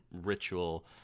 ritual